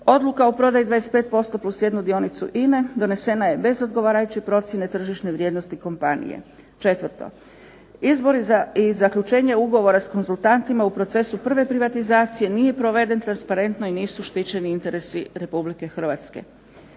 odluka o prodaji 25% plus jednu dionicu INA-e donesena je bez odgovarajuće procjene tržišne vrijednosti kompanije. Četvrto, izbori i zaključenje ugovora sa konzultantima u procesu prve privatizacije nije proveden transparentno i nisu štićeni interesi Republike Hrvatske.